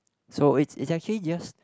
so it's it's actually just